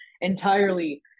entirely